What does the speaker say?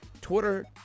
Twitter